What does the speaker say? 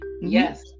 Yes